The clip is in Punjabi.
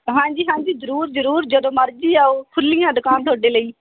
ਹਾਂਜੀ ਹਾਂਜੀ ਜ਼ਰੂਰ ਜ਼ਰੂਰ ਜਦੋਂ ਮਰਜ਼ੀ ਆਓ ਖੁੱਲ੍ਹੀ ਆ ਦੁਕਾਨ ਤੁਹਾਡੇ ਲਈ